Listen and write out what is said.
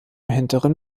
hinteren